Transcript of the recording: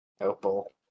Opal